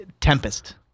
Tempest